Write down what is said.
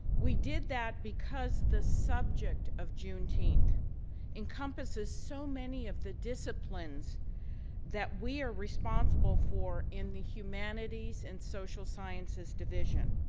we did that because the subject of juneteenth encompasses so many of the disciplines that we are responsible for in the humanities and social sciences division.